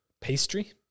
Pastry